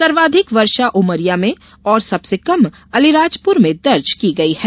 सर्वाधिक वर्षा उमरिया में और सबसे कम अलीराजपुर में दर्ज की गई है